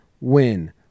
win